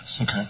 Okay